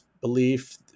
belief